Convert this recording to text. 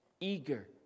eager